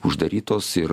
uždarytos ir